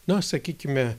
na sakykime